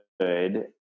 good